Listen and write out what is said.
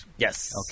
Yes